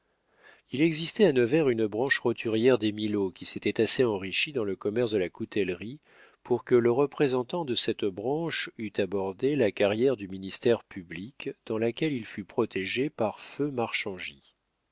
il existait à nevers une branche roturière des milaud qui s'était assez enrichie dans le commerce de la coutellerie pour que le représentant de cette branche eût abordé la carrière du ministère public dans laquelle il fut protégé par feu